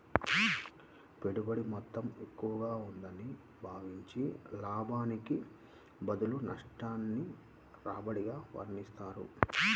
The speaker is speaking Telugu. పెట్టుబడి మొత్తం ఎక్కువగా ఉందని భావించి, లాభానికి బదులు నష్టాన్ని రాబడిగా వర్ణిస్తారు